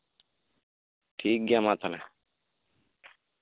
ᱴᱷᱤᱠ ᱜᱮᱭᱟ ᱢᱟ ᱛᱟᱦᱚᱞᱮ